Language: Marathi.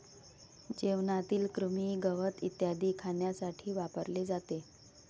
जेवणातील कृमी, गवत इत्यादी खाण्यासाठी वापरले जाते